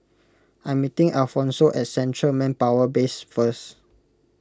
I am meeting Alphonso at Central Manpower Base First